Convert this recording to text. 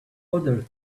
other